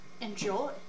Enjoy